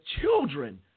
children